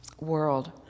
world